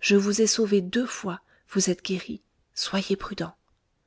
je vous ai sauvé deux fois vous êtes guéri soyez prudent